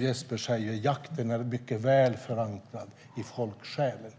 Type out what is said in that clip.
Jesper Skalberg Karlsson sa är jakten väl förankrad i folksjälen.